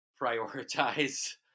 prioritize